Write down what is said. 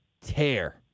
tear